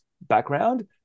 background